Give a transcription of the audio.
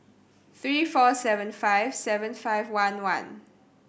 three four seven five seven five one one